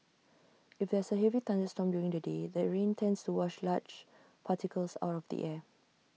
if there's A heavy thunderstorm during the day the rains tends to wash large particles out of the air